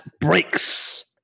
breaks